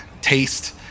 taste